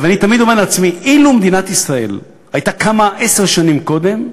אני תמיד אומר לעצמי: אילו קמה מדינת ישראל עשר שנים קודם,